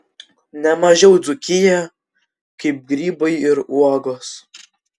ne mažiau dzūkiją kaip grybai ir uogos